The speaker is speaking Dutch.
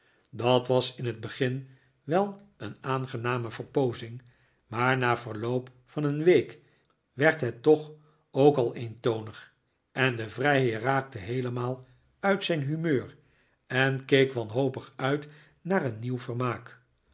dat was in het begin wel een aangename verpoozing maar na verloop van een week werd het toch ook al eentonig en de vrijheer raakte heelemaal uit zijn humeur en keek wanhopig uit naar een nieuw vermaak